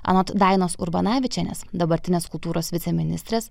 anot dainos urbanavičienės dabartinės kultūros viceministrės